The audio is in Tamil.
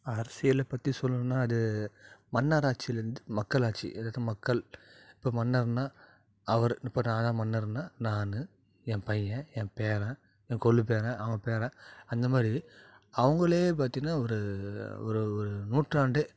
அரசியலை பற்றி சொல்லணும்னா அது மன்னர் ஆட்சிலேருந்து மக்கள் ஆட்சி அதாவது மக்கள் இப்போ மன்னர்னா அவர் இப்போ நான் தான் மன்னர்னா நான் என் பையன் என் பேரன் என் கொள்ளு பேரன் அவன் பேரன் அந்த மாதிரி அவங்களே பார்த்திங்கன்னா ஒரு ஒரு ஒரு நூற்றாண்டே